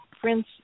Prince